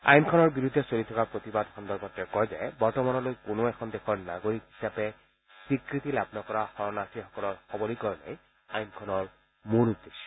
আইনখনৰ বিৰুদ্ধে চলি থকা প্ৰতিবাদ সন্দৰ্ভত তেওঁ কয় যে বৰ্তমানলৈ কোনো এখন দেশৰ নাগৰিক হিচাপে স্বীকৃতি লাভ নকৰা শৰণাৰ্থীসকলৰ সবলীকৰণে আইনখনৰ মূল উদ্দেশ্য